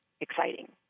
exciting